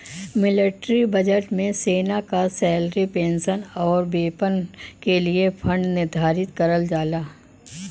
military budget में सेना क सैलरी पेंशन आउर वेपन क लिए फण्ड निर्धारित करल जाला